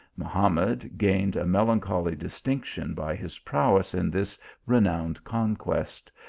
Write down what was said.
mahamad gained a melancholy dis tinction by his prowess in this renowned conquest,